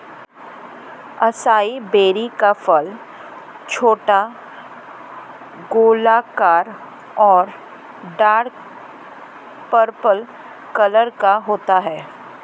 acai berry का फल छोटा, गोलाकार और डार्क पर्पल कलर का होता है